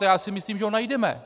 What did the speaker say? A já si myslím, že ho najdeme.